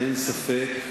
אין ספק.